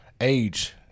Age